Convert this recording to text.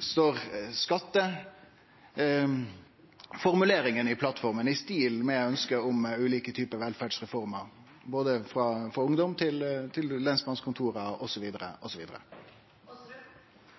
står skatteformuleringane i plattforma i stil med ønsket om ulike typar velferdsreformer – for ungdom,